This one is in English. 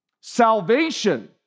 Salvation